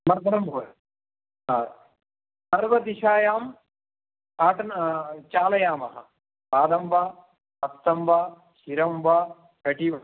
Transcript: मर्दनं भवति सर्वदिशायां पातन चालयामः पादं वा हस्तं वा शिरः वा कटिं